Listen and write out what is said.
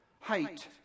height